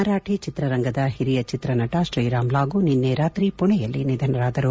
ಮರಾಠಿ ಚಿತ್ರರಂಗದ ಹಿರಿಯ ಚಿತ್ರನಟ ಶ್ರೀರಾಮ್ ಲಾಗೂ ನಿನ್ನೆ ರಾತ್ರಿ ಪುಣೆಯಲ್ಲಿ ನಿಧನರಾದರು